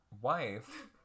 wife